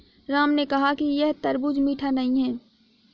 राम ने कहा कि यह तरबूज़ मीठा नहीं है